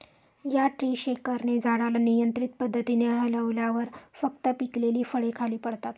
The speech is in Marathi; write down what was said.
या ट्री शेकरने झाडाला नियंत्रित पद्धतीने हलवल्यावर फक्त पिकलेली फळे खाली पडतात